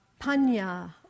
panya